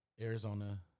Arizona